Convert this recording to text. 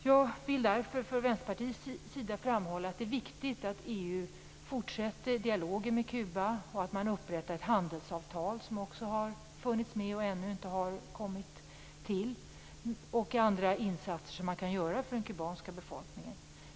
Jag vill därför från Vänsterpartiets sida framhålla att det är viktigt att EU fortsätter dialogen med Kuba, att man upprättar ett handelsavtal - något som också har funnits med men som ännu inte har kommit till - och gör de andra insatser man kan göra för den kubanska befolkningen.